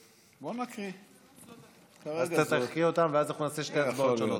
אתה תקריא אותן, ואז אנחנו נעשה שתי הצבעות שונות.